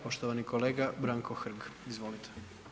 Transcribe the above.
Poštovani kolega Branko Hrg, izvolite.